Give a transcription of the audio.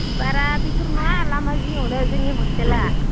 बारा बिथोर नङा लामा जिङावनो जोंनि हस्टेला